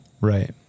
Right